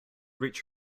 reach